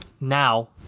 Now